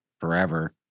forever